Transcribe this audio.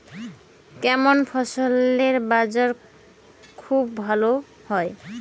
কেমন ফসলের বাজার খুব ভালো হয়?